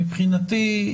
מבחינתי,